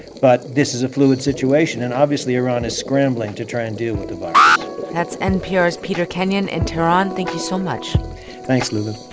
but this is a fluid situation. and obviously, iran is scrambling to try and deal with the virus that's npr's peter kenyon in and tehran thank you so much thanks, lulu